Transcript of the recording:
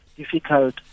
difficult